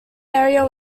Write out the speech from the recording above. area